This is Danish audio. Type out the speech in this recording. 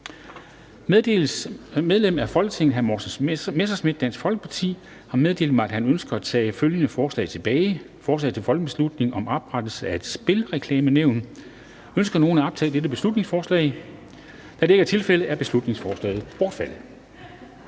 Medlemmer af Folketinget Morten Messerschmidt (DF) m.fl. har meddelt mig, at de ønsker at tage følgende forslag tilbage: Forslag til folketingsbeslutning om oprettelse af et spilreklamenævn. (Beslutningsforslag nr. B 120) Ønsker nogen at optage dette beslutningsforslag? Da det ikke er tilfældet, er beslutningsforslaget bortfaldet.